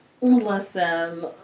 Listen